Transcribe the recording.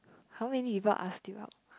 how many people ask you out